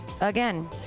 Again